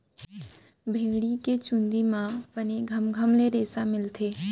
भेड़ी के चूंदी म बने घमघम ले रेसा मिलथे